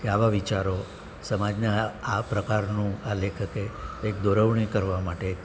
કે આવા વિચારો સમાજને આ પ્રકારનું આ લેખકે એક દોરવણી કરવા માટે